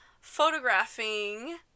photographing